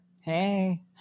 Hey